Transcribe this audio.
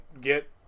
get